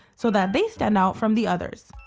so that they stand out from the others.